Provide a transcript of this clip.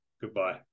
goodbye